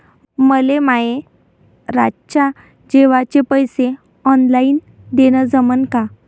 मले माये रातच्या जेवाचे पैसे ऑनलाईन देणं जमन का?